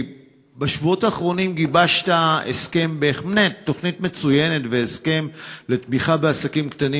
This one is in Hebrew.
בשבועות האחרונים גיבשת תוכנית מצוינת והסכם לתמיכה בעסקים קטנים